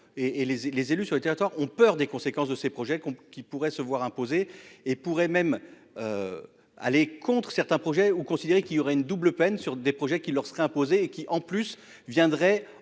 les les élus sur le territoire ont peur des conséquences de ces projets qu'on qui pourraient se voir imposer et pourrait même. Aller contre certains projets ou considérer qu'il y aurait une double peine sur des projets qui leur seraient imposées et qui en plus viendrait